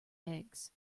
eggs